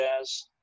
jazz